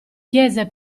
chiese